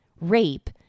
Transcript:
rape